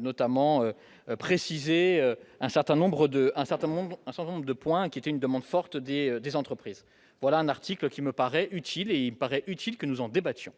notamment préciser un certain nombre de un certain nombre de points qui était une demande forte des des entreprises, voilà un article qui me paraît utile et il me paraît utile que nous en débattions.